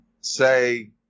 say